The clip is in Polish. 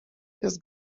jest